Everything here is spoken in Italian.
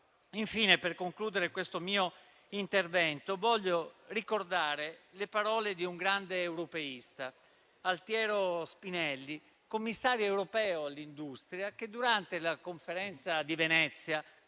Infine, per concludere questo mio intervento, voglio ricordare le parole di un grande europeista, Altiero Spinelli, commissario europeo all'industria che, durante la Conferenza di Venezia